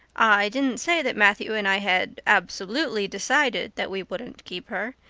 i didn't say that matthew and i had absolutely decided that we wouldn't keep her.